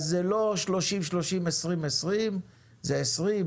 זה לא 30-30 ו-20-20 אלא זה 20,